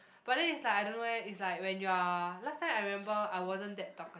but then is like I don't know eh is like when you are last time I remember I wasn't that talkative